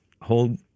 hold